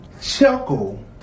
chuckle